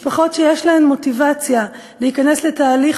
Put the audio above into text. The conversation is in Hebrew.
משפחות שיש להן מוטיבציה להיכנס לתהליך